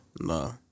No